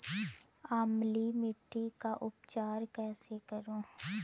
अम्लीय मिट्टी का उपचार कैसे करूँ?